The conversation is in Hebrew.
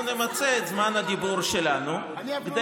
אנחנו נמצה את זמן הדיבור שלנו, כדי